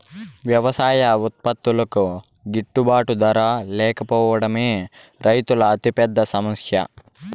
వ్యవసాయ ఉత్పత్తులకు గిట్టుబాటు ధర లేకపోవడమే రైతుల అతిపెద్ద సమస్య